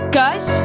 guys